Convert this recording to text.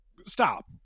Stop